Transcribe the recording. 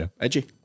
Edgy